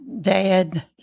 dad